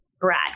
Brad